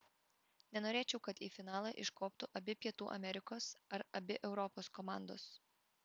nenorėčiau kad į finalą iškoptų abi pietų amerikos ar abi europos komandos